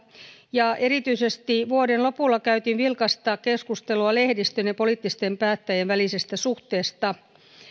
ja erityisesti vuoden lopulla käytiin vilkasta keskustelua lehdistön ja poliittisten päättäjien välisestä suhteesta